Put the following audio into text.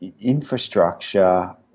infrastructure